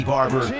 Barber